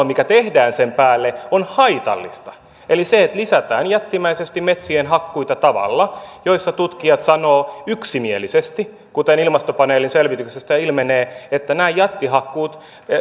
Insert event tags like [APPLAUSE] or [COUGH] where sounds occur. [UNINTELLIGIBLE] mikä tehdään sen päälle on haitallista eli se että lisätään jättimäisesti metsien hakkuita tavalla josta tutkijat sanovat yksimielisesti kuten ilmastopaneelin selvityksestä ilmenee että nämä jättihakkuut